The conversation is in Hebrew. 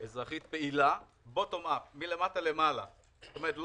אזרחית פעילה מלמטה למעלה, bottom-up.